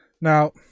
now